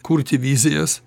kurti vizijas